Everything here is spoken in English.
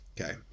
okay